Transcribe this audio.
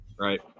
Right